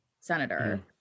senator